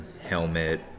Helmet